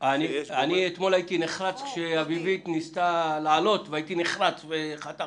אתמול הייתי נחרץ כשאביבית ניסתה להעלות וחתכתי.